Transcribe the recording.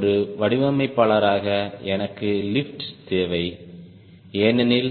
ஒரு வடிவமைப்பாளராக எனக்கு லிப்ட் தேவை ஏனெனில்